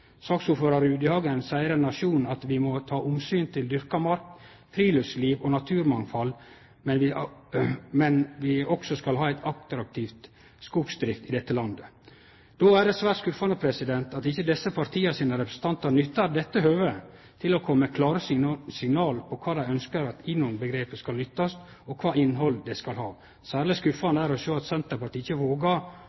Saksordførar Rudihagen seier i Nationen: «Vi må ta hensyn til dyrket mark, friluftsliv og naturmangfold, men vi skal også ha en aktiv skogsdrift i dette landet.» Då er det svært skuffande at ikkje desse partia sine representantar nyttar dette høve til å kome med klåre signal på om dei ønskjer at INON-omgrepet skal nyttast, og kva innhald det skal ha. Særleg